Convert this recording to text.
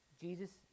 Jesus